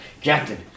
Captain